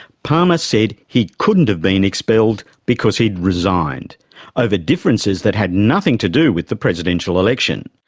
palmer said he couldn't have been expelled, because he'd resigned over differences that had nothing to do with the presidential election.